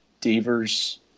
Devers